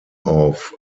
auf